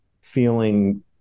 feeling